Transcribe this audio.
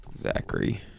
Zachary